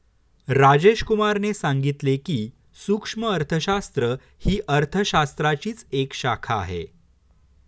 राजेश कुमार ने सांगितले की, सूक्ष्म अर्थशास्त्र ही अर्थशास्त्राचीच एक शाखा आहे